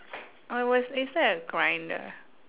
I was inside a grinder